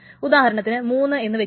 ഉദാഹരണത്തിന് 3 എന്ന് വയ്ക്കുക